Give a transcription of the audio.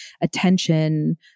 attention